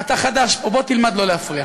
אתה חדש פה, בוא תלמד לא להפריע.